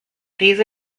these